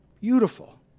Beautiful